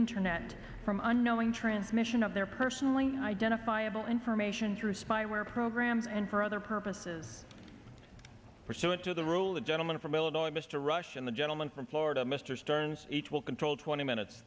internet from unknowing transmission of their personally identifiable information through spyware programs and for other purposes pursuant to the rule the gentleman from illinois mr rush and the gentleman from florida mr stearns each will control twenty minutes